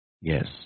Yes